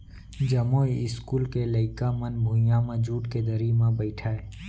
जमो इस्कूल के लइका मन भुइयां म जूट के दरी म बइठय